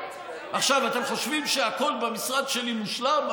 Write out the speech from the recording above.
עכשיו אתם חושבים שהכול במשרד שלי מושלם.